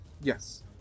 Yes